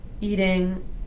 eating